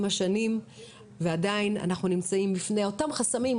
השנים ועדיין אנחנו נמצאים בפני אותם החסמים,